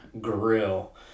Grill